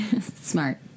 Smart